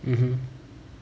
mmhmm